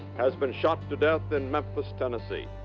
has been shot to death in memphis, tennessee.